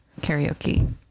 karaoke